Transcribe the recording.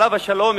עליו השלום,